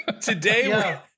today